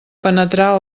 penetrar